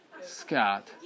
Scott